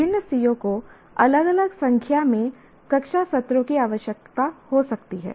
विभिन्न CO को अलग अलग संख्या में कक्ष सत्रों की आवश्यकता हो सकती है